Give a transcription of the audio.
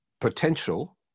potential